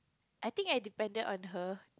I think I depended on her